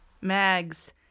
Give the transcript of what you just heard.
Mags